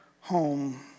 home